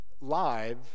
live